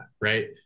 right